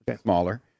smaller